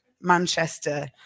Manchester